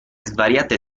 svariate